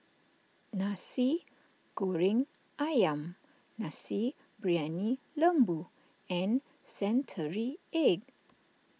Nasi Goreng Ayam Nasi Briyani Lembu and Century Egg